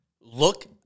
look